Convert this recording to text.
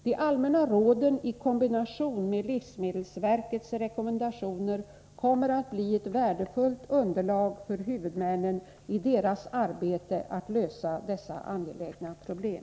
De allmänna råden i kombination med livsmedelsverkets rekommendationer kommer att bli ett värdefullt underlag för huvudmännen i deras arbete att lösa dessa angelägna problem.